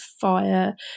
fire